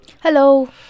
Hello